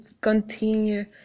continue